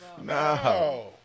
No